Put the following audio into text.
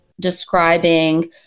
describing